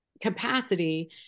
capacity